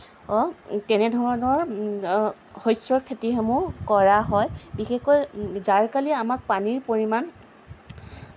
তেনেধৰণৰ শস্যৰ খেতিসমূহ কৰা হয় বিশেষকৈ জাৰকালি আমাক পানীৰ পৰিমাণ